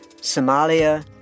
Somalia